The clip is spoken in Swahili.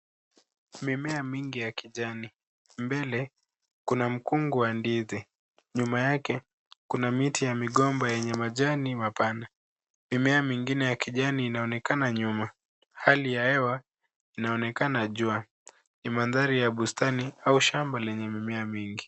Mimea mingi ya kijani. Mbele kuna mkungu wa ndizi. Nyuma yake kuna miti ya migomba yenye majani mapana. Mimea mingine ya kijani inaonekana nyuma. Hali ya hewa inaonekana jua. Ni mandhari ya bustani au shamba lenye mimea mingi.